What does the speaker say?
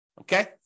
Okay